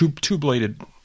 two-bladed